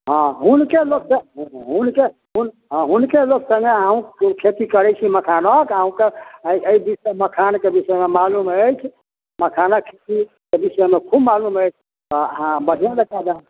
हँ हुनके लोक तऽ हुनके हु हँ हुनके लोक सङ्गे अहूँ खेती करै छी मखानक अहूँके एहि एहि विषय मखानके विषयमे मालूम अछि मखानक खेतीके विषयमे खूब मालूम अछि हँ बढ़िआँ जकाँ